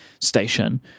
station